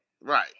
right